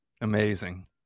Amazing